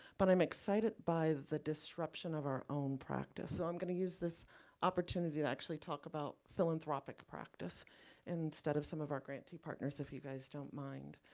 but i'm excited by the disruption of our own practice. so i'm gonna use this opportunity to actually talk about philanthropic practice instead of some of our grantee partners, if you guys don't mind,